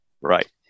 Right